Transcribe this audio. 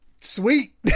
Sweet